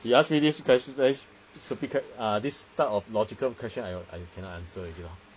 you ask me this question this stupid que~ err this type of logical question I I uh cannot answer already lor